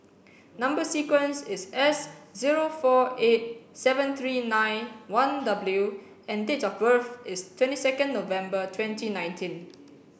number sequence is S zero four eight seven three nine one W and date of birth is twenty second November twenty nineteen